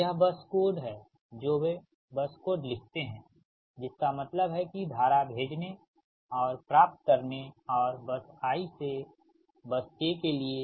तो यह बस कोड है जो वे बस कोड लिखते हैं जिसका मतलब है कि धारा भेजने और प्राप्त करने और बस i से बस k के लिए